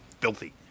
filthy